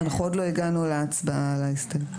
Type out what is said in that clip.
עדיין לא הגענו להצבעה על ההסתייגויות.